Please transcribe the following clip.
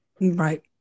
Right